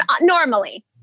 normally